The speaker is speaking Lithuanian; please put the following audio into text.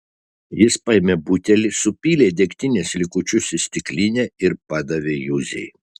jis paėmė butelį supylė degtinės likučius į stiklinę ir padavė juzei